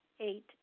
eight